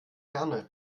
herne